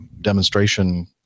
demonstration